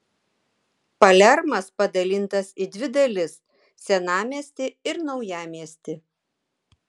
palermas padalintas į dvi dalis senamiestį ir naujamiestį